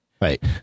right